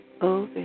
over